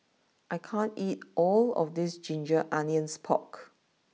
I can't eat all of this Ginger Onions Pork